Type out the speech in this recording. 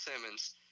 Simmons